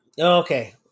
Okay